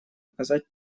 оказать